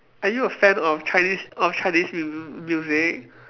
are you a fan of Chinese of Chinese mu~ mu~ music